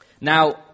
Now